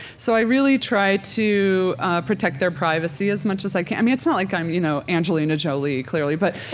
so i really try to protect their privacy as much as i can. i mean, it's not like i'm, you know, angelina jolie, clearly, but,